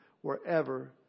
wherever